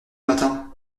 matin